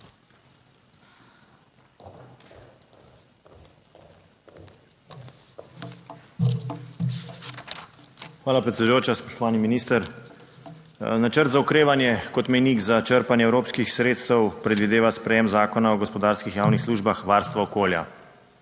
Hvala predsedujoča. Spoštovani minister. Načrt za okrevanje kot mejnik za črpanje evropskih sredstev predvideva sprejem zakona o gospodarskih javnih službah varstva okolja.